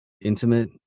intimate